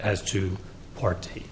as two party